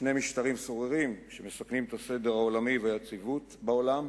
שני המשטרים סוררים ומסכנים את הסדר העולמי והיציבות בעולם,